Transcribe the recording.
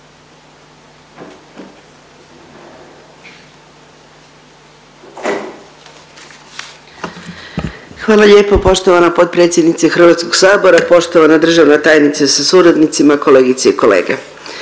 Hvala lijepo poštovana potpredsjednice Hrvatskog sabora. Poštovana državna tajnice sa suradnicama, kolegice i kolege,